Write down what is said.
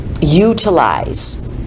utilize